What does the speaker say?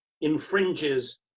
infringes